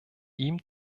ihm